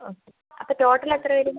okay അപ്പോൾ total എത്ര വരും